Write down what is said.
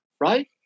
right